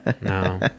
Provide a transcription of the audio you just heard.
no